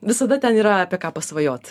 visada ten yra apie ką pasvajot